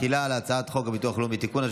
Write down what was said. תחילה על הצעת חוק הביטוח הלאומי (תיקון,